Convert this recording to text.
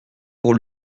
pour